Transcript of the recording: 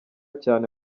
cyane